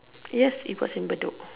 yes it was in Bedok